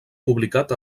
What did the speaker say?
publicat